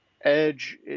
edge